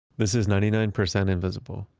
this is ninety nine percent invisible.